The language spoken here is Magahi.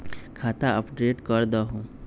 खाता अपडेट करदहु?